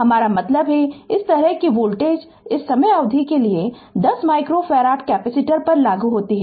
हमारा मतलब है कि इस तरह की वोल्टेज इस समय अवधि के लिए 10 माइक्रोफ़ारड कैपेसिटर पर लागू होती है